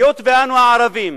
היות שאנו הערבים,